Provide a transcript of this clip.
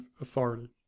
authority